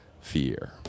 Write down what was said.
fear